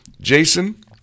Jason